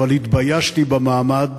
אבל התביישתי במעמד